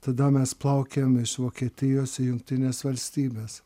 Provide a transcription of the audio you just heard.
tada mes plaukėm iš vokietijos jungtines valstybes